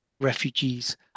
refugees